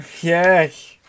Yes